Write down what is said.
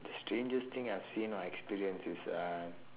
the strangest thing I have seen or experienced is uh